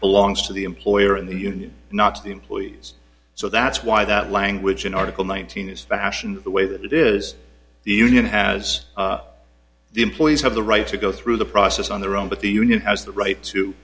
belongs to the employer and the union not the employees so that's why that language in article nineteen is fashioned the way that it is the union has the employees have the right to go through the process on their own but the union has the right to